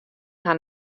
har